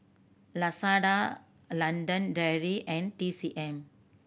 Lazada London Dairy and T C M